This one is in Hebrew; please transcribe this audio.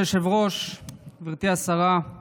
אדוני היושב-ראש, גברתי השרה,